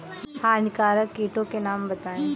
हानिकारक कीटों के नाम बताएँ?